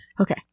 Okay